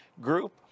group